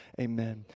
amen